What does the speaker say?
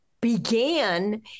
began